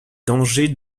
dangers